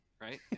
Right